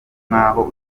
nk’aho